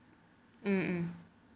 hmm hmm